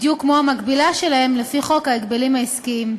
בדיוק כמו המקבילה שלהם לפי חוק ההגבלים העסקיים.